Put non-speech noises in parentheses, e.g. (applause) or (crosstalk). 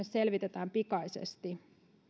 (unintelligible) selvitetään pikaisesti